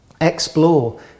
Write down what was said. explore